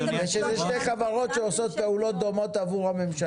אלו שתי חברות שעושות פעולות דומות עבור הממשלה.